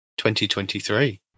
2023